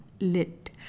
Lit